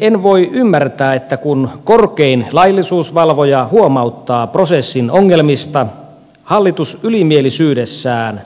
en voi ymmärtää että kun korkein laillisuusvalvoja huomauttaa prosessin ongelmista hallitus ylimielisyydessään